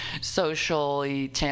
socially –